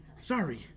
Sorry